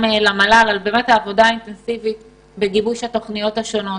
תודה למל"ל על עבודה אינטנסיבית בגיבוש התוכניות השונות.